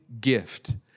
gift